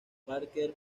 parker